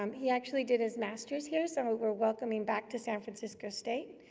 um he actually did his master's here, so we're welcoming back to san francisco state.